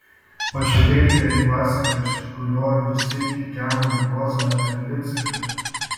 pažiūrėkite į klasiką iš kurio visi kikena juozą erlicką